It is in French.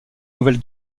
nouvelle